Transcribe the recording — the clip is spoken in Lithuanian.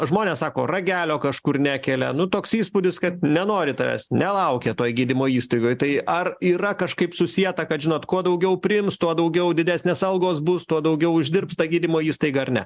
žmonės sako ragelio kažkur nekelia nu toks įspūdis kad nenori tavęs nelaukia toj gydymo įstaigoj tai ar yra kažkaip susieta kad žinot kuo daugiau priims tuo daugiau didesnės algos bus tuo daugiau uždirbs ta gydymo įstaiga ar ne